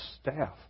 staff